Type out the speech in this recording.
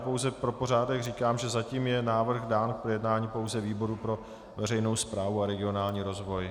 Pouze pro pořádek říkám, že zatím je návrh dán k projednání pouze výboru pro veřejnou správu a regionální rozvoj.